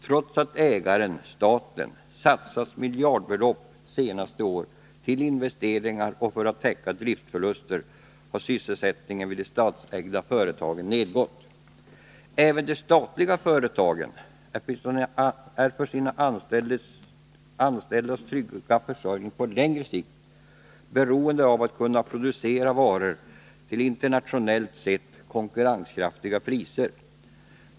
Trots att ägaren — staten — satsat miljardbelopp de senaste åren på investeringar och för att täcka driftsförluster har sysselsättningen vid de statsägda företagen nedgått. Även de statliga företagen är för sina anställdas trygga försörjning på längre sikt beroende av att kunna producera varor till internationellt sett konkurrenskraftiga priser.